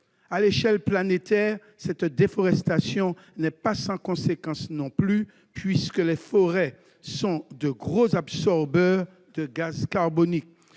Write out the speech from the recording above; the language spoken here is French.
À l'échelle planétaire, cette déforestation n'est pas sans conséquence non plus, puisque les forêts absorbent de grandes quantités de gaz carbonique.